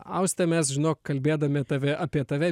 auste mes žinok kalbėdami tave apie tave